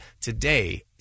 today